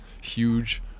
huge